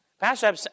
Pastor